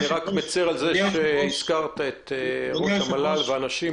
אני רק מצר על זה שהזכרת את ראש המל"ל ואנשים